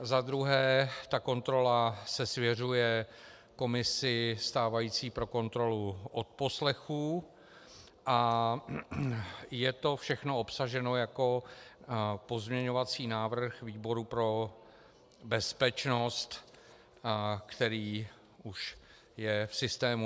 Za druhé, ta kontrola se svěřuje stávající komisi pro kontrolu odposlechů a je to všechno obsaženo jako pozměňovací návrh výboru pro bezpečnost, který už je v systému.